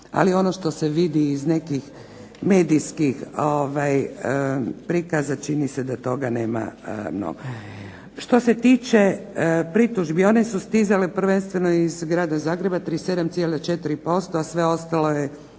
ali ono što se vidi iz nekih medijskih prikaza čini se da toga nema …/Ne razumije se./… Što se tiče pritužbi, one su stizale prvenstveno iz grada Zagreba 37,4% a sve ostalo je